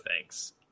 thanks